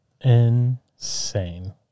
Insane